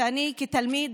אני כתלמיד,